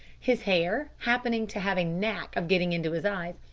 his hair, happening to have a knack of getting into his eyes,